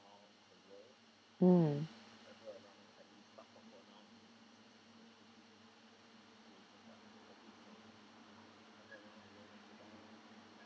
mm